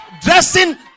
dressing